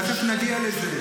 תכף נגיע לזה.